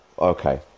Okay